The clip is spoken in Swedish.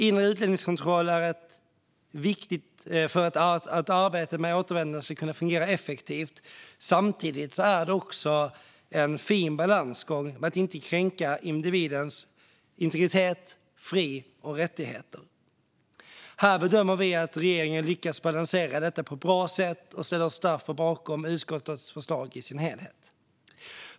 Inre utlänningskontroll är viktigt för att arbetet med återvändande ska kunna fungera effektivt. Samtidigt är det en fin balansgång med att inte kränka individens integritet, fri och rättigheter. Här bedömer vi att regeringen lyckats balansera detta på ett bra sätt och ställer oss därför bakom utskottets förslag i sin helhet.